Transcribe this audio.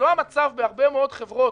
זה לא המצב בהרבה מאוד חברות,